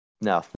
No